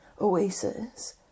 Oasis